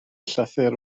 llythyr